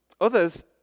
Others